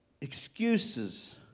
excuses